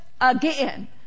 again